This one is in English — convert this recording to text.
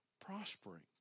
prospering